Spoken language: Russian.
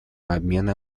обмена